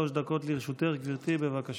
שלוש דקות לרשותך, גברתי, בבקשה.